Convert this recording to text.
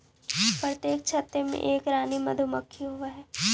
प्रत्येक छत्ते में एक रानी मधुमक्खी होवअ हई